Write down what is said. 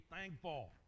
thankful